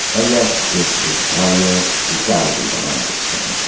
and yes, this is audio, we've gotta do the language thing.